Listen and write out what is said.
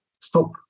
stop